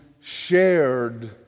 shared